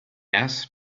asked